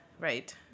Right